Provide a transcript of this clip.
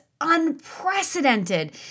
unprecedented